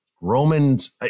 Roman's